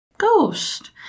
ghost